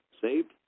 saved